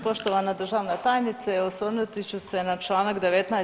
Poštovana državna tajnice, osvrnuti ću se na Članak 19.